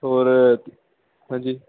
ਹੋਰ ਹਾਂਜੀ